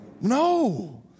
No